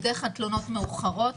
בדרך כלל תלונות מאוחרות.